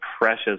precious